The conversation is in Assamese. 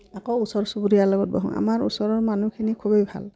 আকৌ ওচৰ চুবুৰীয়াৰ লগত বহোঁ আমাৰ ওচৰৰ মানুহখিনি খুবেই ভাল